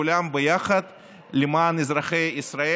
כולם יחד למען אזרחי ישראל.